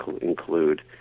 include